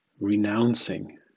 Renouncing